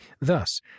Thus